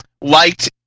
liked